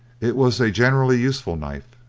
it was a generally useful knife,